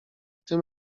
tym